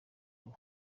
ruhu